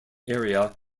area